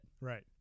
Right